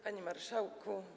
Panie Marszałku!